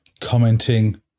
Commenting